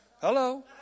Hello